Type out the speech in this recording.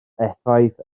effaith